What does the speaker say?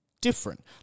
different